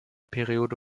periode